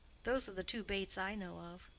those are the two baits i know of.